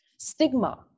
stigma